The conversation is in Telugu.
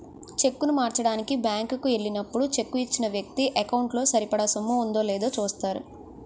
చెక్కును మార్చడానికి బ్యాంకు కి ఎల్లినప్పుడు చెక్కు ఇచ్చిన వ్యక్తి ఎకౌంటు లో సరిపడా సొమ్ము ఉందో లేదో చూస్తారు